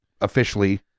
officially